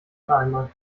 vereinbaren